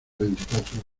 veinticuatro